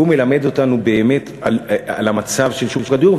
והוא מלמד אותנו באמת על המצב של שוק הדיור,